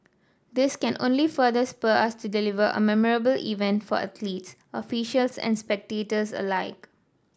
this can only further spur us to deliver a memorable event for athletes officials and spectators alike